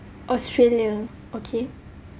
australia okay